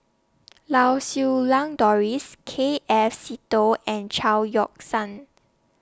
Lau Siew Lang Doris K F Seetoh and Chao Yoke San